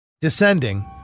descending